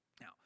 Now